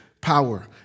power